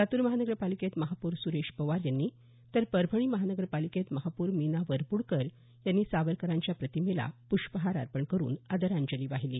लातूर महानगरपालिकेत महापौर सुरेश पवार यांनी तर परभणी महानगरपालिकेत महापौर मीना वरपुडकर यांनी सावरकरांच्या प्रतिमेला पृष्पहार अर्पण करून आदरांजली वाहीली